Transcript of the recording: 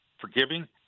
forgiving